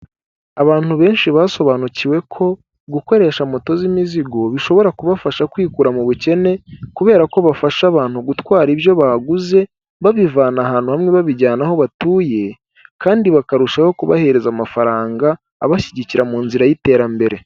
Abantu benshi basobanukiwe ko gukoresha moto z'imizigo bishobora kubafasha kwikura mu bukene kubera ko bafasha abantu gutwara ibyo baguze babivana ahantu hamwe babijyana aho batuye kandi bakarushaho kubahereza amafaranga abashyigikira mu nzira y'iterambere.